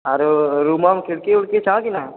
आओर रुममे खिड़की उड़कि छह कि नहि